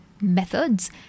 methods